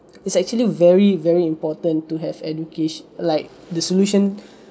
it's actually very very important to have education like the solution